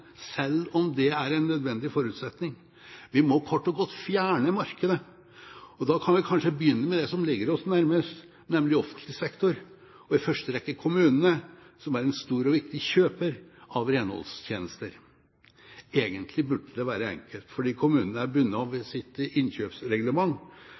selv om det er en nødvendig forutsetning. Vi må kort og godt fjerne markedet. Da kan vi kanskje begynne med det som ligger oss nærmest, nemlig offentlig sektor, og i første rekke kommunene, som er en stor og viktig kjøper av renholdstjenester. Egentlig burde det være enkelt, fordi kommunene er bundet av